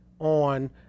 On